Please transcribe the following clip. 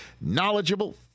knowledgeable